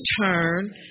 turn